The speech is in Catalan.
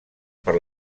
per